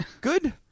Good